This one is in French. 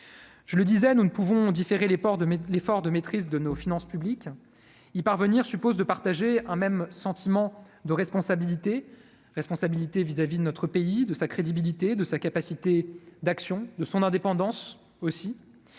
Je le disais, nous ne pouvons différer les ports de l'effort de maîtrise de nos finances publiques y parvenir suppose de partager un même sentiment de responsabilité : responsabilité vis-à-vis de notre pays de sa crédibilité de sa capacité d'action de son indépendance aussi